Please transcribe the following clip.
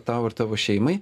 tau ir tavo šeimai